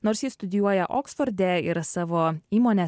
nors ji studijuoja oksforde ir savo įmonę